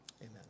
amen